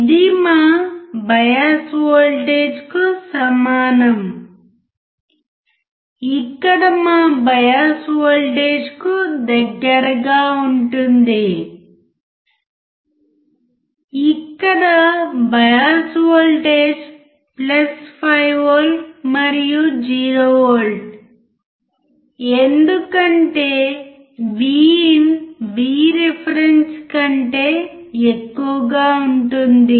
ఇది మా బయాస్ వోల్టేజ్కు సమానం ఇక్కడ మా బయాస్ వోల్టేజ్ కు దగ్గరగా ఉంటుంది ఇక్కడ బయాస్ వోల్టేజ్ 5 వోల్ట్ మరియు 0 వోల్ట్ ఎందుకంటే VIN Vreference కంటే ఎక్కువగా ఉంటుంది